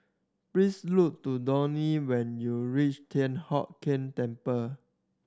please look to Donny when you reach Thian Hock Keng Temple